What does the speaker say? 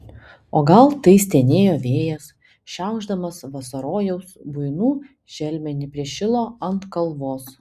o gal tai stenėjo vėjas šiaušdamas vasarojaus buinų želmenį prie šilo ant kalvos